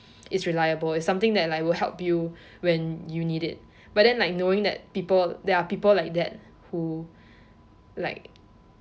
is reliable is something that like will help you when you need it but then like knowing people they are people like that who like